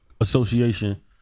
Association